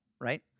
Right